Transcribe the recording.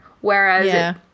Whereas